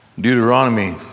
Deuteronomy